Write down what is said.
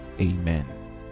Amen